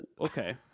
Okay